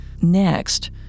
Next